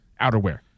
outerwear